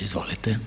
Izvolite.